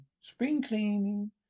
spring-cleaning